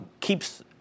keeps